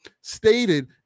stated